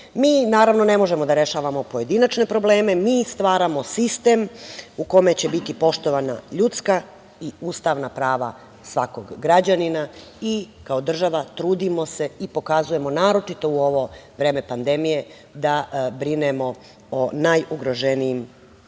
naravno, ne možemo da rešavamo pojedinačne probleme. Mi stvaramo sistem u kome će biti poštovana ljudska i ustavna prava svakog građanina i kao država trudimo se i pokazujemo naročito u ovo vreme pandemije da brinemo o najugroženijem